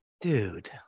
Dude